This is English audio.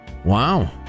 Wow